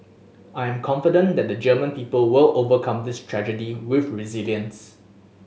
I am confident that the German people will overcome this tragedy with resilience